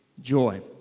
joy